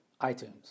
iTunes